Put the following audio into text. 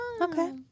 Okay